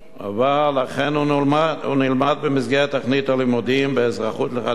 אכן הוא נלמד במסגרת תוכנית הלימודים באזרחות לחטיבה העליונה,